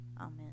Amen